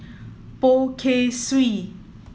Poh Kay Swee